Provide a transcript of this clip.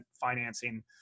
financing